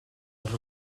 els